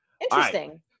Interesting